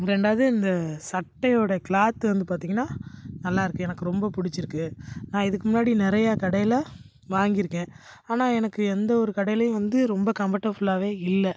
ரெண்டாவது இந்தச் சட்டையோடய க்ளாத்து வந்து பார்த்தீங்கன்னா நல்லாயிருக்கு எனக்கு ரொம்ப பிடிச்சிருக்கு நான் இதுக்கு முன்னாடி நிறையா கடையில் வாங்கியிருக்கேன் ஆனால் எனக்கு எந்த ஒரு கடையிலேயும் வந்து ரொம்ப கம்பட்டஃபுளாகவே இல்லை